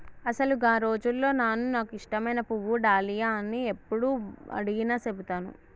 అసలు గా రోజుల్లో నాను నాకు ఇష్టమైన పువ్వు డాలియా అని యప్పుడు అడిగినా సెబుతాను